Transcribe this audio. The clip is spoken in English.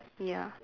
ya